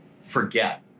forget